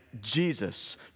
Jesus